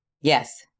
Yes